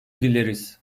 dileriz